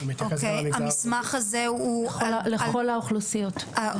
ולכל האוכלוסיות.